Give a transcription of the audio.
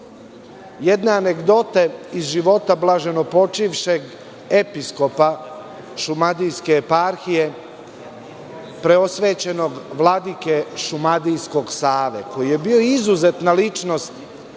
jedne anegdote iz života blaženopočivšeg episkopa šumadijske eparhije, preosvećenog vladike šumadijskog Save, koji je bio izuzetna ličnost,